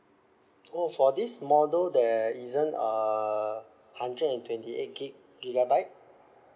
oh for this model there isn't a hundred and twenty eight gig gigabyte